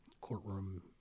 courtroom